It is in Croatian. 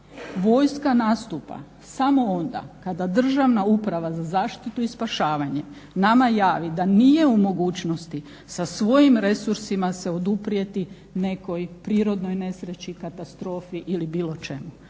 Vojska nastupa samo onda kada Državna uprava za zaštitu i spašavanje nama javi da nije u mogućnosti sa svojim resursima se oduprijeti nekoj prirodnoj nesreći, katastrofi ili bilo čemu.